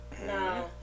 No